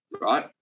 Right